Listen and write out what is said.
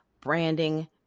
branding